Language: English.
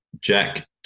Jack